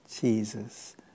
Jesus